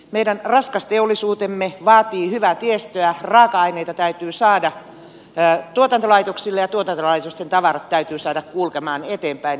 meidän raskas teollisuutemme vaatii hyvää tiestöä raaka aineita täytyy saada tuotantolaitoksille ja tuotantolaitosten tavarat täytyy saada kulkemaan eteenpäin esimerkiksi satamiin